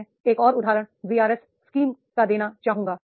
मैं एक और उदाहरण वीआरएस स्कीम का देना चाहूंगा